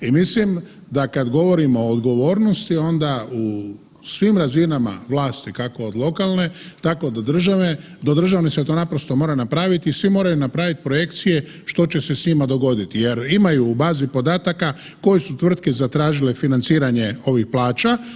I mislim da kad govorimo o odgovornosti onda u svim razinama vlasti, kako od lokalne tako do državne se naprosto to mora napraviti, svi moraju napraviti projekcije što će se s njima dogoditi jer imaju u bazi podataka koje su tvrtke zatražile financiranje ovih plaća.